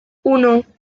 uno